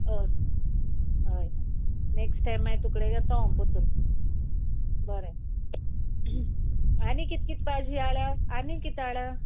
हय हय next time मागीर तुकडे घेता हांव पोरतून बरें आनी कित कित भाजी हाडा आनीक कित हाडा